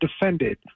defended